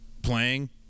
playing